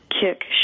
Kick